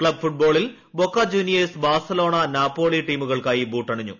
club ഫുട്ബോളിൽ Boca Juniors Barcelona Napoli ടീമുകൾക്കായി ബൂട്ടണിഞ്ഞു